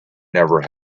never